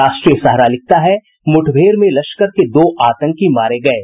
राष्ट्रीय सहारा लिखता है मुठभेड़ में लश्कर के दो आतंकी मारे गये